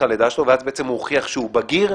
הלידה שלו ואז הוא בעצם הוכיח שהוא בגיר,